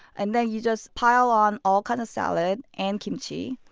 and then you just pile on all kind of salad and kimchi,